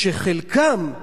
שחלקם,